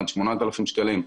עד 8,000 שקלים,